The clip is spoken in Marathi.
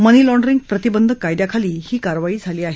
मनीलाँड्रिंग प्रतिबंधक कायद्याखाली ही कारवाई झाली आहे